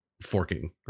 forking